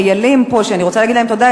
החיילים שאני רוצה להגיד להם תודה פה,